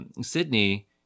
Sydney